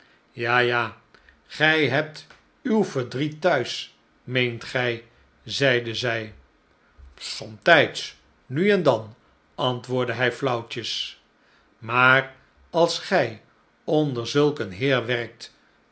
ja ja gij hebt uw verdriet thuis meent gij zeide zij somtijds nu en dan antwoordde hij flauwtjes maar als gij onder zulk een heer werkt